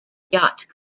yacht